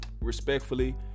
Respectfully